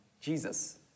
Jesus